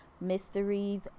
Mysteries